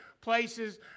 places